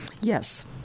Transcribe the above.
Yes